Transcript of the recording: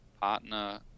partner